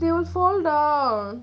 they will fall down